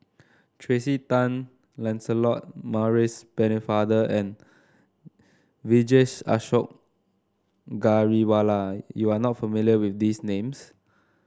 Tracey Tan Lancelot Maurice Pennefather and Vijesh Ashok Ghariwala you are not familiar with these names